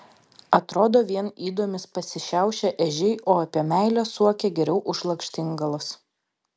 atrodo vien ydomis pasišiaušę ežiai o apie meilę suokia geriau už lakštingalas